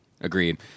Agreed